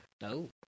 No